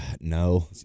No